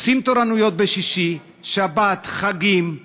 עושים תורנויות בשישי, שבת, חגים,